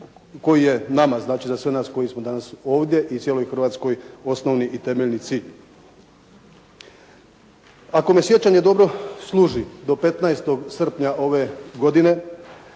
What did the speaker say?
koji je nama znači za sve koji smo danas ovdje i cijeloj Hrvatskoj osnovni i temeljni cilj. Ako me sjećanje dobro služi do 15. srpnja ove godine